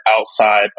outside